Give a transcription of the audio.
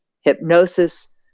hypnosis